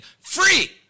free